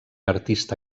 artista